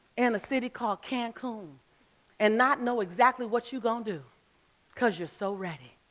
and a city called cancun and not know exactly what you gonna do because you're so ready.